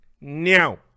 Now